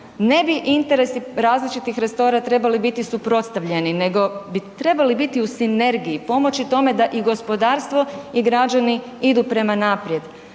Ne bi interesi različitih resora trebali biti suprotstavljeni, nego bi trebali biti u sinergiji, pomoći tome da i gospodarstvo i građani idu prema naprijed.